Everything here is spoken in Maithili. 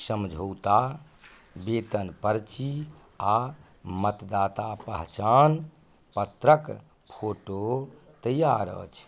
समझौता बेतन पर्ची आ मतदाता पहचान पत्रक फोटो तैयार अछि